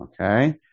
Okay